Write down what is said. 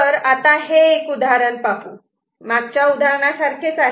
तर आता हे उदाहरण पाहू मागच्या उदाहरणा सारखेच आहे